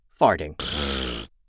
Farting